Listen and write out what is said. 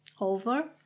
over